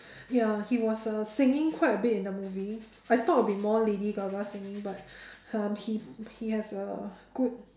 ya he was uh singing quite a bit in the movie I thought it would be more lady-gaga singing but um he he has a good